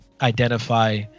identify